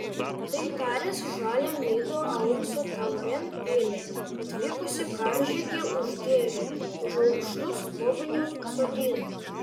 tai taręs žalią midų aukso taurėn pylė atvykusį karžygį užgėrė už aukštų skobnių pasodino